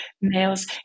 males